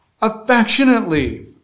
Affectionately